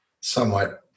somewhat